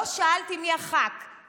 לא שאלתי מי חבר הכנסת.